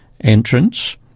entrance